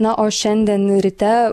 na o šiandien ryte